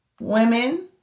women